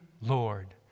Lord